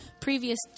previous